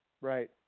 right